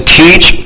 teach